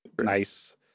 Nice